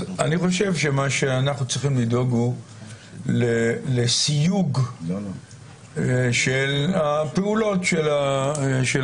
אז אני חושב שמה שאנחנו צריכים לדאוג הוא לסיוג של הפעולות של המשטרה.